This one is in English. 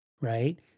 right